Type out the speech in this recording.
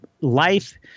life